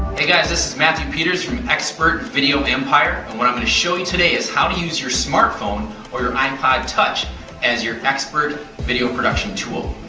hey guys, this is matthew peters from expert video empire. and what iim going to show you today is how to use your smartphone or your ipod touch as your expert video production tool.